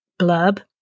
blurb